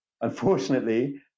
unfortunately